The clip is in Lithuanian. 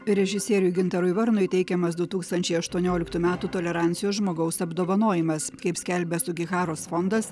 režisieriui gintarui varnui teikiamas du tūkstančiai aštuonioliktų metų tolerancijos žmogaus apdovanojimas kaip skelbia sugiharos fondas